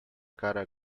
cara